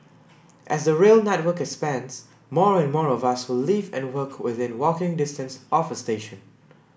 as the rail network expands more and more of us will live and work within walking distance of a station